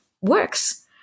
works